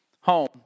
home